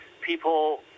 people